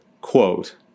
quote